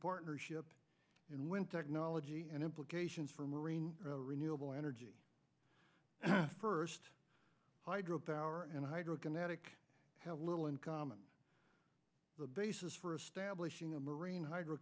partnership and when technology and implications for marine renewable energy first hydro power and hydro kinetic have little in common the basis for establishing a marine hydro